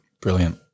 Brilliant